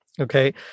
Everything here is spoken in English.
Okay